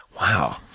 Wow